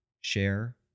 share